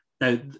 Now